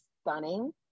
stunning